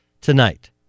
tonight